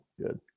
Good